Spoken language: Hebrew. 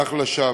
אך לשווא.